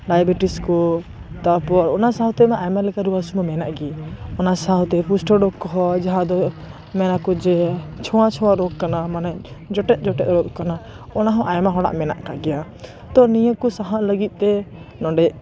diabetes ᱠᱚ ᱛᱟᱯᱚᱨ ᱚᱱᱟ ᱥᱟᱶᱛᱮᱢᱟ ᱟᱭᱢᱟ ᱞᱮᱠᱟ ᱨᱩᱭᱟᱹ ᱦᱟ ᱥᱩ ᱢᱟ ᱢᱮᱱᱟᱜ ᱜᱮ ᱚᱱᱟ ᱥᱟᱶᱛᱮ ᱠᱩᱥᱴᱳ ᱨᱳᱜ ᱠᱚᱦᱚᱸ ᱡᱟᱦᱟᱸ ᱫᱚ ᱢᱮᱱᱟᱠᱚ ᱡᱮ ᱪᱷᱳᱭᱟ ᱪᱷᱳᱭᱟ ᱨᱳᱜ ᱠᱟᱱᱟ ᱢᱟᱱᱮ ᱡᱚᱛᱮᱫ ᱡᱚᱛᱮᱫ ᱨᱳᱜ ᱠᱟᱱᱟ ᱚᱱᱟ ᱦᱚᱸ ᱟᱭᱢᱟ ᱦᱚᱲᱟᱜ ᱢᱮᱱᱟᱜ ᱟᱠᱟᱫ ᱜᱮᱭᱟ ᱛᱚ ᱱᱤᱭᱟ ᱠᱚ ᱥᱟᱦᱟᱜ ᱞᱟᱹᱜᱤᱫ ᱛᱮ ᱱᱚᱸᱰᱮ